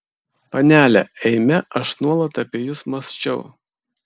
panele eime aš nuolat apie jus mąsčiau